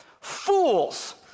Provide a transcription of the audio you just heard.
Fools